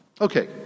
Okay